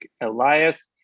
Elias